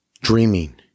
dreaming